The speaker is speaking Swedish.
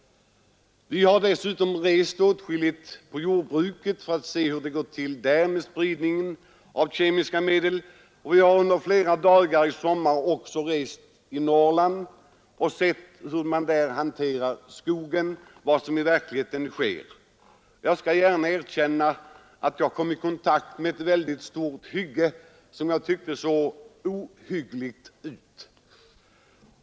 Vi har dessutom rest omkring mycket och studerat spridningen av kemiska medel inom jordbruket. Under flera dagar i somras reste vi omkring i Norrland för att se hur man där hanterade skogen. Jag kom i kontakt med ett stort hygge som jag tyckte såg ohyggligt ut.